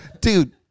Dude